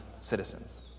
citizens